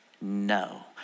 no